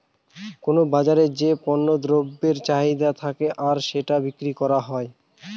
কোনো বাজারে যে পণ্য দ্রব্যের চাহিদা থাকে আর সেটা বিক্রি করা হয়